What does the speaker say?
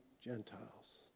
Gentiles